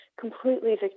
completely